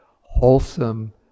wholesome